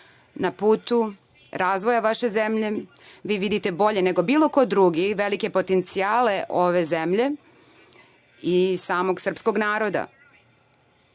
na putu razvoja vaše zemlje, vi vidite bolje nego bilo ko drugi, velike potencijale ove zemlje i samog srpskog naroda. Zato